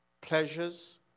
Pleasures